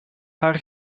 haar